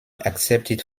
accepted